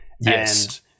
Yes